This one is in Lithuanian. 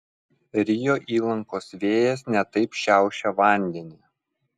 rio įlankos vėjas ne taip šiaušė vandenį